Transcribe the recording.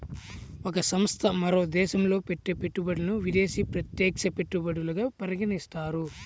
ఒక సంస్థ మరో దేశంలో పెట్టే పెట్టుబడులను విదేశీ ప్రత్యక్ష పెట్టుబడులుగా పరిగణిస్తారు